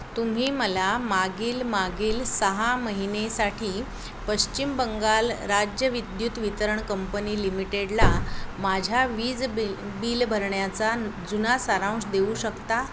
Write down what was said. तुम्ही मला मागील मागील सहा महिन्यासाठी पश्चिम बंगाल राज्य विद्युत वितरण कंपनी लिमिटेडला माझ्या वीज बिल बिल भरण्याचा जुना सारांश देऊ शकता